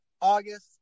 August